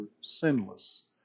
sinless